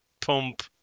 Pump